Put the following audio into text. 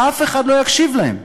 אף אחד לא יקשיב להם.